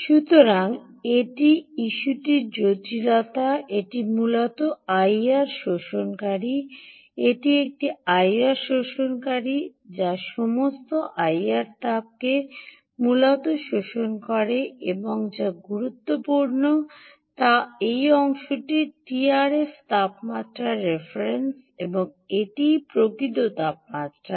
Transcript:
সুতরাং এটি ইস্যুটির জটিলতা এটি মূলত আইআর শোষণকারী এটি একটি আইআর শোষণকারী যা সমস্ত আইআর তাপকে মূলত শোষণ করে এবং যা গুরুত্বপূর্ণ তা এই অংশটি টিআরএফ তাপমাত্রার রেফারেন্স এবং এটিই প্রকৃত তাপমাত্রা